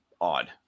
odd